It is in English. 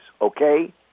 okay